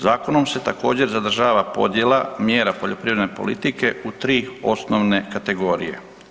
Zakonom se također zadržava podjela mjera poljoprivredne politike u tri osnovne kategorije.